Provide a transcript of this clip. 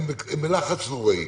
הם בלחץ נוראי.